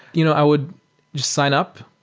you know i would just sign up,